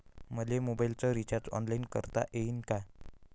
मले मोबाईलच recharge online करता येईन का?